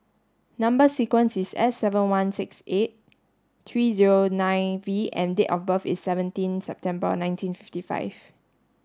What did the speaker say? number sequence is S seven one six eight three zero nine V and date of birth is seventeen September nineteen fifty five